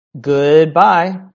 goodbye